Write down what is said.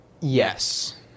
Yes